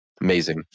Amazing